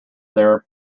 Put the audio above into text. their